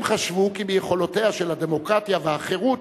הם חשבו כי ביכולתן של הדמוקרטיה והחירות